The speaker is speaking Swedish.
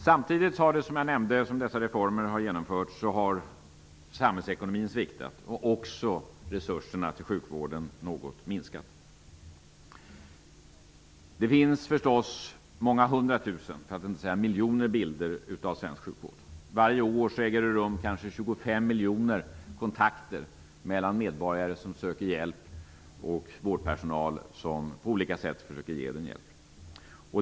Samtidigt som dessa reformer har genomförts har, som jag nämnde, samhällsekonomin sviktat och resurserna till sjukvården minskat något. Det finns förstås många hundratusen, för att inte säga miljoner bilder av svensk sjukvård. Varje år äger det rum kanske 25 miljoner kontakter mellan medborgare som söker hjälp och vårdpersonal som på olika sätt försöker ge den hjälpen.